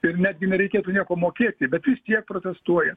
ir netgi nereikėtų nieko mokėti bet vis tiek protestuoja